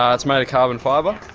ah it's made carbon fibre.